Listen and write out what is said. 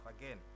Again